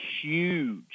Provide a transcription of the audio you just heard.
huge